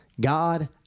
God